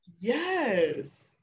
Yes